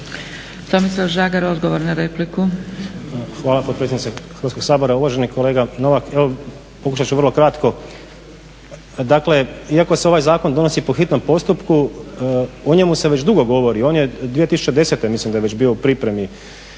repliku. **Žagar, Tomislav (SDP)** Hvala potpredsjednice Hrvatskog sabora. Uvaženi kolega Novak evo pokušat ću vrlo kratko, dakle iako se ovaj zakon donosi po hitnom postupku o njemu se već dugo govori. On je 2010. mislim da je već bio u pripremi.